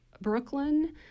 Brooklyn